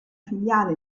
filiale